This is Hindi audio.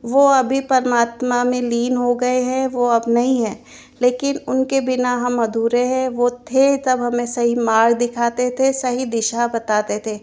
वो अभी परमात्मा में लीन हो गए हैं वो अब नहीं हैं लेकिन उनके बिना हम अधूरे हैं वो थे तब हमें सही मार्ग दिखाते थे सही दिशा बताते थे